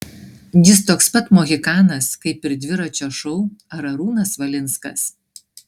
jis toks pat mohikanas kaip ir dviračio šou ar arūnas valinskas